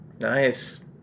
Nice